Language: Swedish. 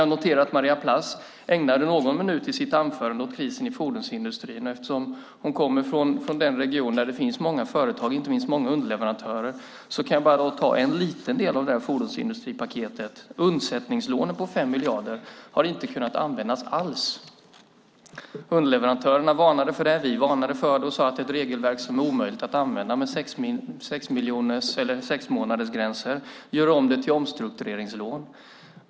Jag noterar att Maria Plass ägnade någon minut i sitt anförande åt krisen inom fordonsindustrin. Eftersom hon kommer från den region där det finns många företag och inte minst många underleverantörer kan jag ta bara en liten del av fordonspaketet. Undsättningslånet på 5 miljarder har inte kunnat användas alls. Underleverantörerna varnade för detta, och vi varnade för det. Vi sade: Det är ett regelverk som är omöjligt att använda med sexmånadersgränser. Gör om det till omstruktureringslån!